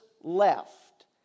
left